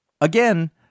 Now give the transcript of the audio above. again